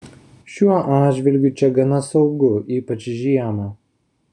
šiuo atžvilgiu čia gana saugu ypač žiemą